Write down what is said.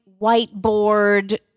whiteboard